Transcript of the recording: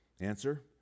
Answer